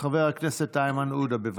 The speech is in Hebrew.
חבר הכנסת איימן עודה, בבקשה,